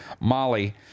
Molly